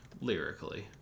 lyrically